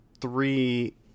three